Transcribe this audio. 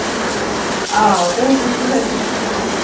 آ پوٚز ہے چھُ ہُکہِ